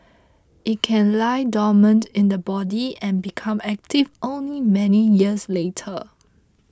it can lie dormant in the body and become active only many years later